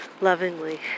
lovingly